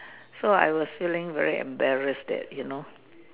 so I was feeling embarrassed that you know